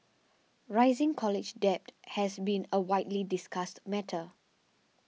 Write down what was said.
rising college debt has been a widely discussed matter